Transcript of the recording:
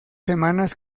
semanas